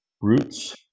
roots